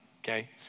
okay